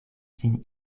sin